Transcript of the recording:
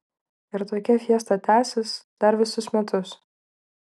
ir tokia fiesta tęsis dar visus metus